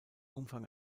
umfang